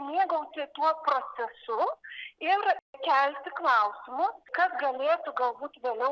mėgautis tuo procesu ir kelti klausimus kas galėtų galbūt vėliau